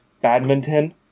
Badminton